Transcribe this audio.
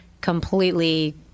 completely